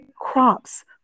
crops